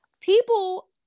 People